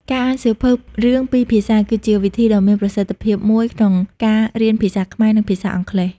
ការអានសៀវភៅរឿងពីរភាសា គឺជាវិធីដ៏មានប្រសិទ្ធភាពមួយក្នុងការរៀនភាសាខ្មែរ និងភាសាអង់គ្លេស។